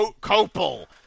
copal